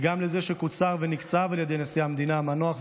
גם את זה שקוצר ונקצב על ידי נשיא המדינה המנוח,